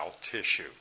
tissue